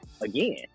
Again